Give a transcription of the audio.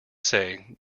say